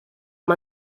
amb